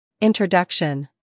Introduction